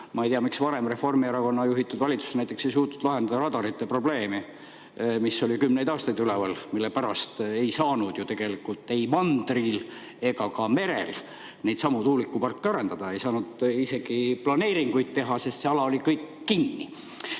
Ma ei tea, miks Reformierakonna juhitud valitsus näiteks ei suutnud varem lahendada radarite probleemi, mis oli kümneid aastaid üleval. Selle pärast ei saanud ju ei mandril ega ka merel neidsamu tuulikuparke arendada, ei saanud isegi planeeringuid teha, sest see ala oli kõik kinni.